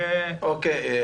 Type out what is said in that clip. אוקיי.